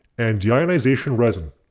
and deionization resin.